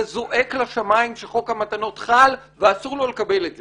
זועק לשמים שחוק המתנות חל ואסור לו לקבל את זה,